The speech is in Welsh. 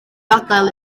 adael